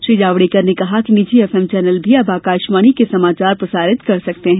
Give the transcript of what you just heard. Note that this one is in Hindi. श्री जावडेकर ने कहा कि निजी एफएम चैनल भी अब आकाशवाणी के समाचार प्रसारित कर सकते हैं